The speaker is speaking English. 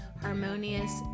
harmonious